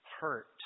hurt